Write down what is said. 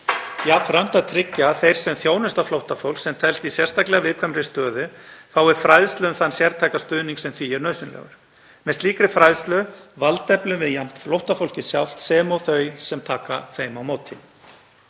Jafnframt skuli tryggja að þeir sem þjónusta flóttafólk sem telst í sérstaklega viðkvæmri stöðu fá fræðslu um þann sértæka stuðning sem því er nauðsynlegur. Með slíkri fræðslu valdeflum við jafnt flóttafólkið sjálft sem og þau er á móti